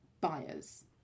buyers